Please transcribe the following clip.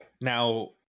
Now